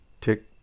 Tick